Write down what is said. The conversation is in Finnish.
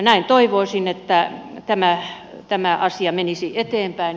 näin toivoisin että tämä asia menisi eteenpäin